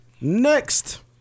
next